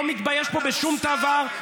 לא מתבייש פה בשום דבר.